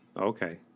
Okay